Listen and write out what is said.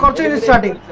um to the study